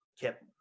kept